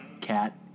Cat